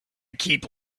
keep